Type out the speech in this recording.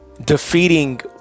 defeating